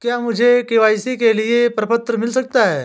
क्या मुझे के.वाई.सी के लिए प्रपत्र मिल सकता है?